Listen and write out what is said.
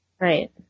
right